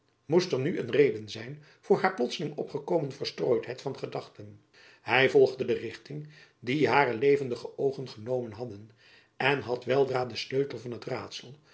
moest er nu een rederr zijn voor haar plotslings opgekomen verstrooidheid van gedachten hy volgde de richting die hare levendige oogen genomen hadden en had weldra den sleutel van het raadsel